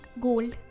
gold